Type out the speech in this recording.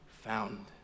found